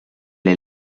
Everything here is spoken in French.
est